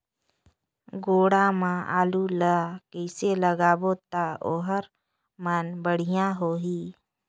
गोडा मा आलू ला कइसे लगाबो ता ओहार मान बेडिया होही?